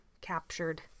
captured